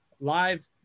live